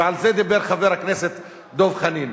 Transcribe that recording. ועל זה דיבר חבר הכנסת דב חנין.